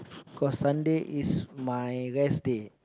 cause Sunday is my rest day